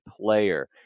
player